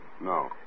No